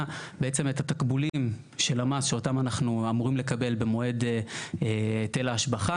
בעצם את התקבולים של המס שאותם אנחנו אמורים לקבל במועד היטל ההשבחה